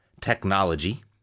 technology